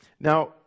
Now